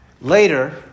Later